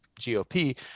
gop